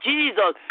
Jesus